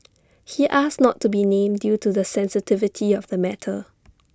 he asked not to be named due to the sensitivity of the matter